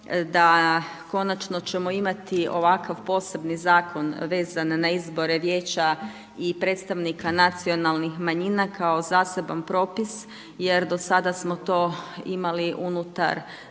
da konačno ćemo imati ovakav posebni zakon vezan na izbore vijeća i predstavnika nacionalnih manjina kao zaseban propis jer do sada smo to imali unutar